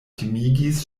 timigis